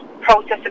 process